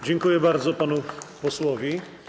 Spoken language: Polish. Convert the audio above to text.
Dziękuję bardzo panu posłowi.